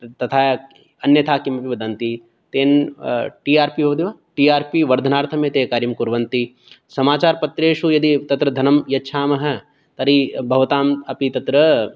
तथा अन्यथा किमपि वदन्ति तेन टि आर् पि भवति वा टि आर् पि वर्धनार्थं एते कार्यं कुर्वन्ति समाचारपत्रेषु यदि ते धनं यच्छामः तर्हि भवताम् अपि तत्र